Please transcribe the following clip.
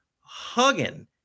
hugging